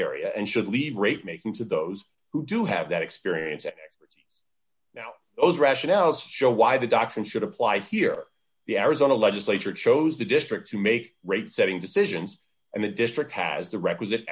area and should leave rate making to those who do have that experience and expertise now those rationales show why the docs and should apply here the arizona legislature chose the district to make rate setting decisions and the district has the requisite